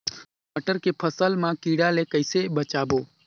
मटर के फसल मा कीड़ा ले कइसे बचाबो?